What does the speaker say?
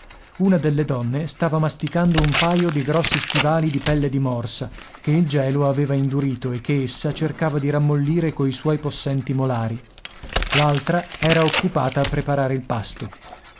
una delle donne stava masticando un paio di grossi stivali di pelle di morsa che il gelo aveva indurito e che essa cercava di rammollire coi suoi possenti molari l'altra era occupata a preparare il pasto